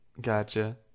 Gotcha